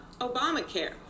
Obamacare